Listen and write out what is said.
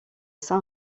san